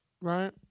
Right